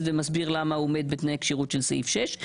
ומסביר למה הוא עומד בתנאי הכשירות של סעיף 6,